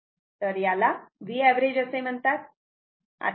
तर याला Vएव्हरेज असे म्हणतात